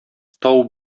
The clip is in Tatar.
тау